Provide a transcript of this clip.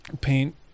paint